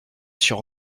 sur